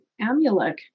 Amulek